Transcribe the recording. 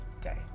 day